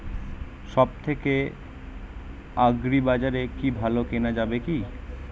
সব থেকে আগ্রিবাজারে কি ভালো কেনা যাবে কি?